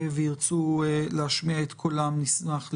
וירצו להשמיע את קולם נשמח לשמוע.